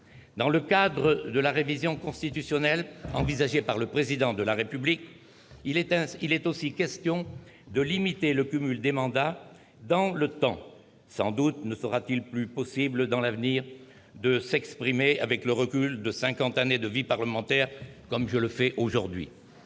Dans le cadre de la révision constitutionnelle envisagée par le Président de la République, il est aussi question de limiter le cumul des mandats dans le temps ; sans doute ne sera-t-il plus possible, à l'avenir, de s'exprimer avec le recul de cinquante années de vie parlementaire comme je le fais aujourd'hui